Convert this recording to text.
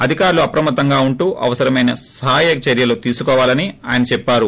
అధికారులు అప్రమత్తంగా ఉంటూ అవసరమైన సహాయక చర్యలు తీసుకోవాలని చెప్పారు